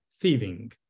thieving